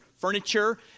furniture